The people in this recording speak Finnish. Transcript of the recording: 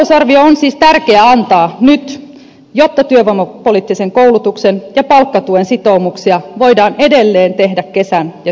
lisätalousarvio on siis tärkeää antaa nyt jotta työvoimapoliittisen koulutuksen ja palkkatuen sitoumuksia voidaan edelleen tehdä kesän ja syksyn aikana